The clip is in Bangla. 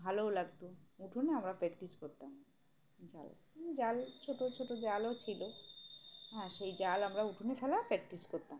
ভালোও লাগতো উঠোনে আমরা প্র্যাকটিস করতাম জাল জাল ছোটো ছোটো জালও ছিল হ্যাঁ সেই জাল আমরা উঠোনে ফেলা প্র্যাকটিস করতাম